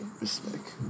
Respect